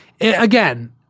Again